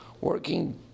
working